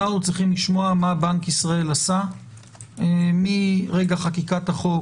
אנחנו צריכים לשמוע מה בנק ישראל עשה מרגע חקיקת החוק